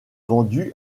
vendue